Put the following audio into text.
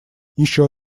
еще